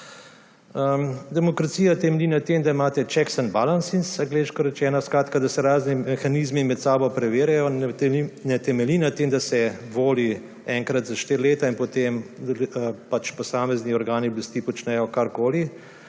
Demokracija temelji na tem, da imate checks and balances, angleško rečeno, da se razni mehanizmi med sabo preverjajo, ne temelji na tem, da se voli enkrat za štiri leta in potem posamezni organi oblasti počnejo karkoli,